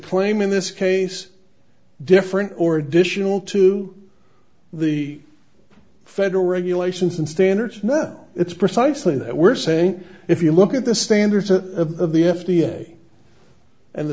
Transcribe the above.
claim in this case different or additional to the federal regulations and standards no it's precisely that we're saying if you look at the standards that of the f d a and the